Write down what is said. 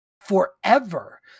forever